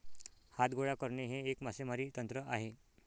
हात गोळा करणे हे एक मासेमारी तंत्र आहे